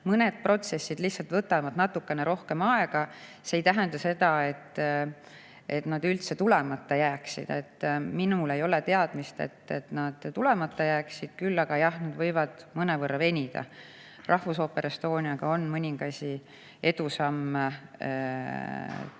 Mõned protsessid lihtsalt võtavad natuke rohkem aega. See ei tähenda seda, et [objektid] üldse tulemata jääksid. Minul ei ole teadmist, et need tulemata jääksid, küll aga, jah, need võivad mõnevõrra venida. Rahvusooperiga Estonia on mõningasi edusamme minu